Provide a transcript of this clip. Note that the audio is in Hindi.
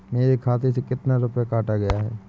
मेरे खाते से कितना रुपया काटा गया है?